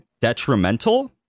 detrimental